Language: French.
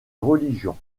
religion